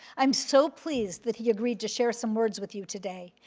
i'm so pleased that he agreed to share some words with you today,